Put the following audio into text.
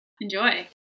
Enjoy